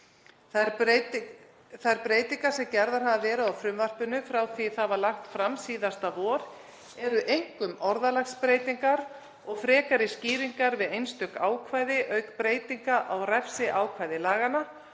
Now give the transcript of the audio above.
Þær breytingar sem gerðar hafa verið á frumvarpinu frá því að það var lagt fram síðasta vor eru einkum orðalagsbreytingar og frekari skýringar við einstök ákvæði, auk breytinga á refsiákvæði laganna.